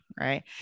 right